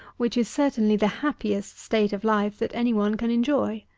which is certainly the happiest state of life that any one can enjoy.